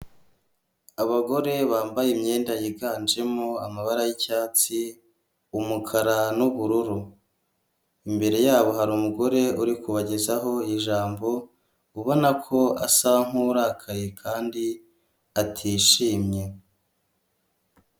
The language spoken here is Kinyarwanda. Abagore bambaye imyenda yiganjemo amabara y'icyatsi, umukara n'ubururu, imbere yabo hari umugore uri kubagezaho ijambo ubona ko asa nkurakaye kandi atishimye.